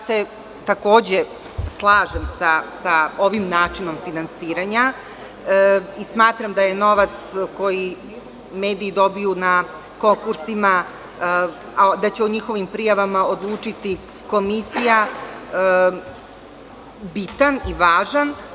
Slažem se sa ovim načinom finansiranja i smatram da je novac koji mediji dobiju na konkursima, da će o njihovim prijavama odlučiti komisija, bitan i važan.